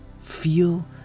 Feel